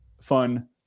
fun